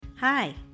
Hi